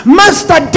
master